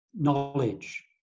knowledge